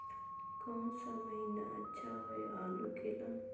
कौन सा महीना अच्छा होइ आलू के ला?